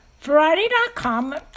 Variety.com